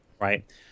Right